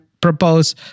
propose